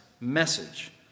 message